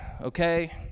okay